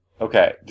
Okay